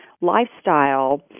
lifestyle